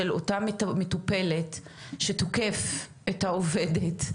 ילד של אותה המטופלת שתוקף את העובדת,